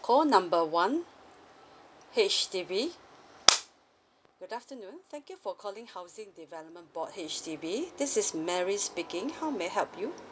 call number one H_D_B good afternoon thank you for calling housing development board H_D_B this is mary speaking how may I help you